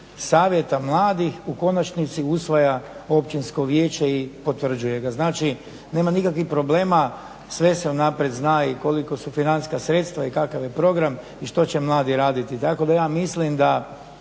savjeta mladih u konačnici usvaja općinsko vijeće i potvrđuje ga. Znači nema nikakvih problema, sve se unaprijed zna i kolika su financijska sredstva i kakav je program i što će mladi raditi. Tako da ja mislim da